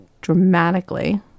dramatically